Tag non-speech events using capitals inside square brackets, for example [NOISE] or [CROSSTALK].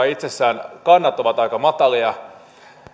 [UNINTELLIGIBLE] itsessään kannat ovat aika matalia